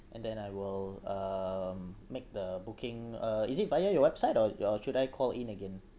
and then I will um make the booking uh is it via your website or or should I call in again